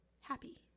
happy